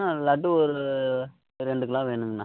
ம் லட்டு ஒரு ரெண்டு கிலோ வேணுங்கண்ணா